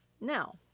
now